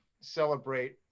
celebrate